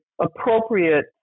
appropriate